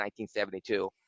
1972